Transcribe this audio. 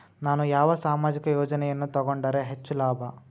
ನಾನು ಯಾವ ಸಾಮಾಜಿಕ ಯೋಜನೆಯನ್ನು ತಗೊಂಡರ ಹೆಚ್ಚು ಲಾಭ?